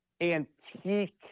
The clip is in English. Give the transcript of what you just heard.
antique